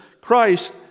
Christ